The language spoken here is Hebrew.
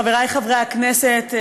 חברי חברי הכנסת,